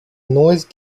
noise